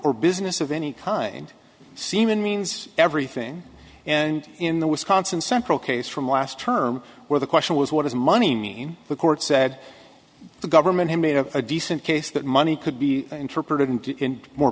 or business of any kind seaman means everything and in the wisconsin central case from last term where the question was what does money mean the court said the government had made up a decent case that money could be interpreted and more